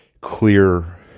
clear